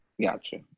gotcha